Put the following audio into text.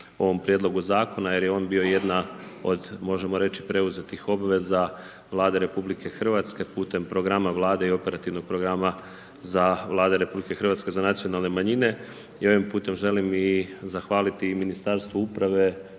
na ovom prijedlogu zakona jer je on bio jedna od možemo reći preuzetih obveza Vlade RH putem programa Vlade i operativnog programa Vlade RH za nacionalne manjine i ovim putem želim i zahvaliti i Ministarstvu uprave